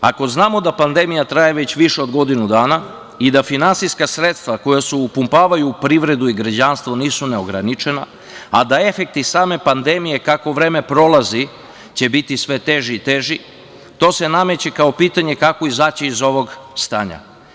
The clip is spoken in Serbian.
Ako znamo da pandemija traje već više od godinu dana i da finansijska sredstva koja se upumpavaju u privredu i građanstvo nisu neograničena, a da efekti same pandemije kako vreme prolazi će biti sve teži i teži, to se nameće kao pitanje kako izaći iz ovog stanja.